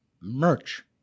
Merch